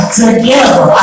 together